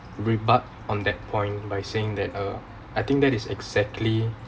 rebut on that point by saying that uh I think that is exactly